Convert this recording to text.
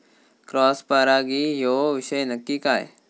Cross परागी ह्यो विषय नक्की काय?